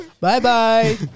Bye-bye